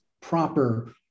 proper